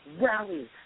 rally